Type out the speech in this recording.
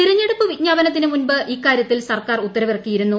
തെരഞ്ഞെടുപ്പ് വിജ്ഞാപനത്തിന് മുമ്പ് ഇക്കാര്യത്തിൽ സർക്കാർ ഉത്തരവിറക്കിയിരുന്നു